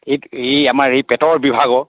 এ এই আমাৰ এই পেটৰ বিভাগৰ